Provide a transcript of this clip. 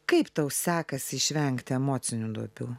kaip tau sekasi išvengti emocinių duobių